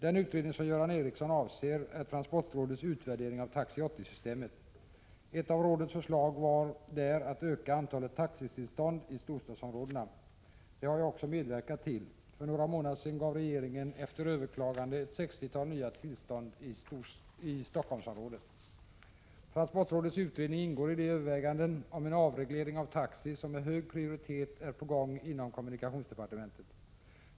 Den utredning som Göran Ericsson avser är transportrådets utvärdering av Taxi-80-systemet. Ett av rådets förslag var där att öka antalet taxitillstånd i storstadsområdena. Det har jag också medverkat till. För några månader sedan gav regeringen efter överklagande ett 60-tal nya tillstånd i Stockholmsområdet. Transportrådets utredning ingår i de överväganden om en avreglering av taxi som med hög prioritet är på gång inom kommunikationsdepartementet.